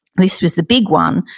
this was the big one.